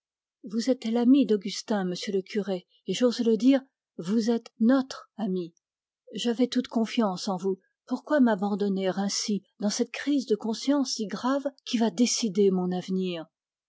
vous êtes l'ami d'augustin monsieur le curé et j'ose le dire vous êtes notre ami j'avais toute confiance en vous pourquoi m'abandonner ainsi dans cette crise de conscience si grave qui va décider mon avenir